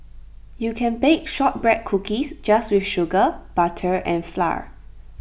you can bake Shortbread Cookies just with sugar butter and flour